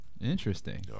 interesting